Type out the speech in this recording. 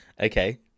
Okay